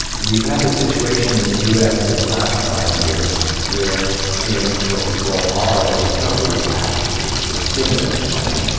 we've had the situation in the us in the last five years where in what we call ah arra, the recovery act, which was the stimulus money,